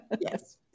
yes